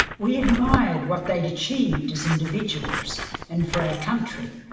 we admired what they'd achieved as individuals and for our country.